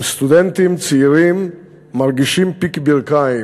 אם סטודנטים צעירים מרגישים פיק ברכיים